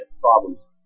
problems